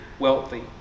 wealthy